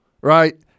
right